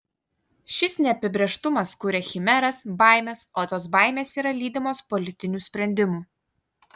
šis neapibrėžtumas kuria chimeras baimes o tos baimės yra lydimos politinių sprendimų